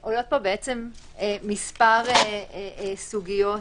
יכול להיות שהמחלה עדיין כאן ויש לנו סיטואציה